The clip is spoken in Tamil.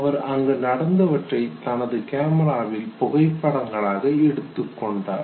அவர் அங்கு நடந்தவற்றை தனது கேமராவில் புகைப்படங்களாக எடுத்துக்கொண்டார்